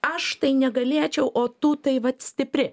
aš tai negalėčiau o tu tai vat stipri